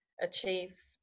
achieve